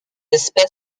espèce